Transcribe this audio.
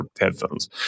headphones